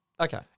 okay